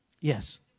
Yes